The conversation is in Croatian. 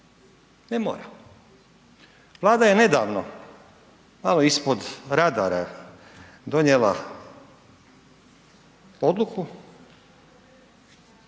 ne mora. Vlada je nedavno malo ispod radara donijela odluku